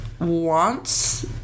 wants